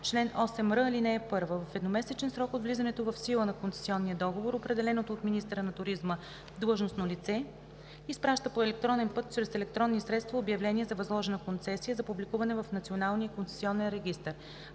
Чл. 8р. (1) В едномесечен срок от влизането в сила на концесионния договор определеното от министъра на туризма длъжностно лице изпраща по електронен път чрез електронни средства обявление за възложена концесия за публикуване в Националния концесионен регистър.